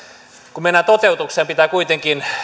kun mennään toteutukseen pitää kuitenkin